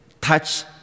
touch